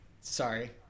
sorry